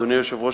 אדוני היושב-ראש,